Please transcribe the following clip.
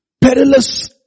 perilous